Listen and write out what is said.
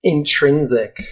Intrinsic